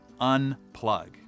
unplug